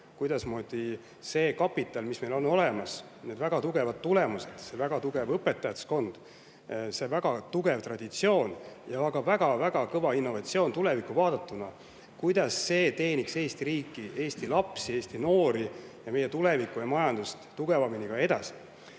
et see kapital, mis meil on olemas – väga tugevad tulemused, väga tugev õpetajaskond, väga tugev traditsioon ja ka väga-väga kõva innovatsioon tulevikku vaadates –, teeniks Eesti riiki, Eesti lapsi, Eesti noori, meie tulevikku ja majandust tugevamini ka edaspidi.